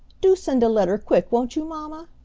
do send a letter quick won't you, mamma?